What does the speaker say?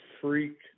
freak